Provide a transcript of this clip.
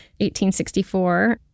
1864